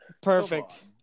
Perfect